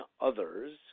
others